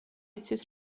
იცის